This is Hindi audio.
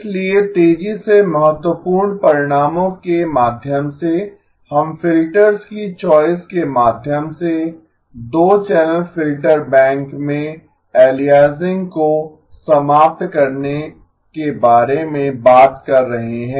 इसलिए तेजी से महत्वपूर्ण परिणामों के माध्यम से हम फिल्टर्स की चॉइस के माध्यम से 2 चैनल फिल्टर बैंक में अलियासिंग को समाप्त करने के बारे में बात कर रहे हैं